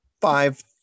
five